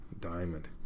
diamond